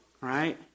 right